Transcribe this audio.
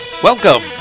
Welcome